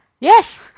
Yes